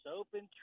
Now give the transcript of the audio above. open